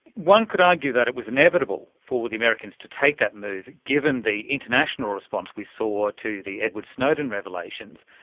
one could argue that it was inevitable for the americans to take that move, given the international response we saw to the edward snowden revelations,